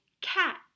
cat